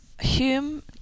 Hume